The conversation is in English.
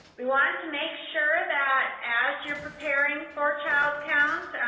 we wanted to make sure that as you're preparing for child count,